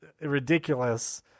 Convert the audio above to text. ridiculous